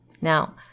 Now